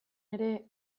ere